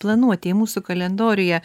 planuotėj mūsų kalendoriuje